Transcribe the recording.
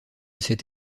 cette